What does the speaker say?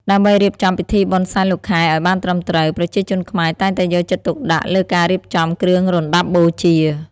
ដើម្បីរៀបចំពិធីបុណ្យសែនលោកខែឲ្យបានត្រឹមត្រូវ ប្រជាជនខ្មែរតែងតែយកចិត្តទុកដាក់លើការរៀបចំគ្រឿងរណ្តាប់បូជា។